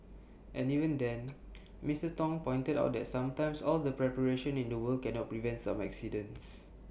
and even then Mister Tong pointed out that sometimes all the preparation in the world cannot prevent some accidents